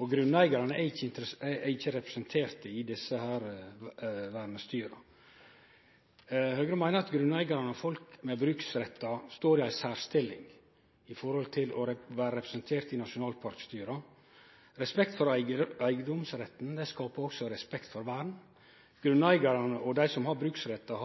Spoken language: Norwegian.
og grunneigarane er ikkje representerte i desse vernestyra. Høgre meiner at grunneigarane og folk med bruksrettar står i særstilling med tanke på å vere representerte i nasjonalparkstyra. Respekt for eigedomsretten skapar òg respekt for vern. Grunneigarane og dei som har bruksrettar